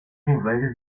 influencias